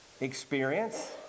experience